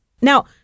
Now